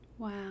Wow